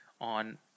on